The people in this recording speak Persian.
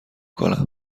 کنم